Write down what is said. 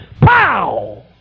Pow